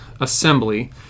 Assembly